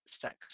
sex